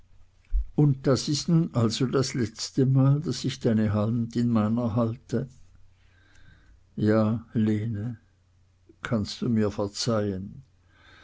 und das ist nun also das letzte mal daß ich deine hand in meiner halte ja lene kannst du mir verzeihn